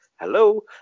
hello